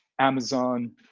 amazon